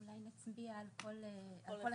אולי נצביע על כל אחד